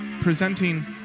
presenting